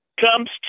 comes